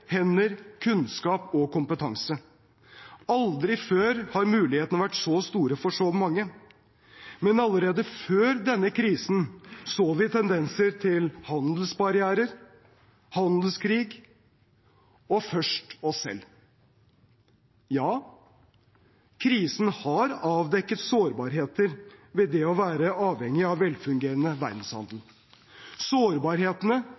hender, kunnskap og kompetanse. Aldri før har mulighetene vært så store, for så mange. Men allerede før denne krisen så vi tendenser til handelsbarrierer, handelskrig og «først oss selv». Ja, krisen har avdekket sårbarheter ved det å være avhengig av velfungerende verdenshandel. Sårbarhetene